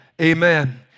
Amen